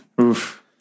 Oof